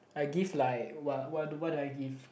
I give like what what do what do I give